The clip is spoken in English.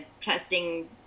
testing